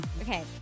Okay